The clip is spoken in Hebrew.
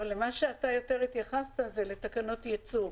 אתה יותר התייחסת לתקנות יצוא.